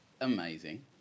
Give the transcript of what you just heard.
amazing